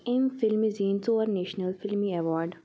أمہِ فلمہِ زِیٖنۍ ژور نیشنل فلِمی ایوارڈ